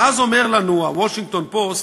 ואז אומר לנו ה"וושינגטון פוסט"